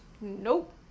nope